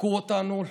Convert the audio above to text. דפקו אותנו.